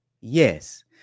yes